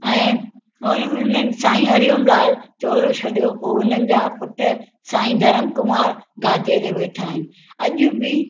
ऐं हुननि साईं हरिओम लाल चोलो छॾियो पोइ हुननि जा पुट साईं धरम कुमार गाजे ते वेठा आहिनि अॼ बि